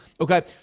Okay